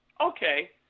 Okay